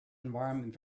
environment